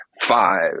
five